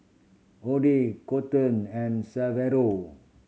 Oddie Kolton and Severo